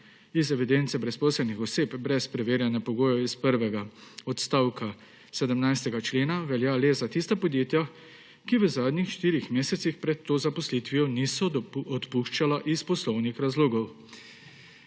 iz evidence brezposelnih oseb brez preverjanja pogojev iz prvega odstavka 17. člena velja le za tista podjetja, ki v zadnjih štirih mesecih pred to zaposlitvijo niso odpuščala iz poslovnih razlogov.